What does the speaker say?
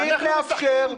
אנחנו משחקים?